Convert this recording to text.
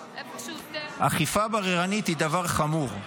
אכיפה בררנית היא דבר חמור.